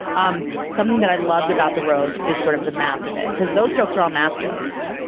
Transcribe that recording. um something that i loved about the roast is sort of the math of it. because those jokes are all math jokes.